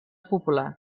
popular